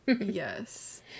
yes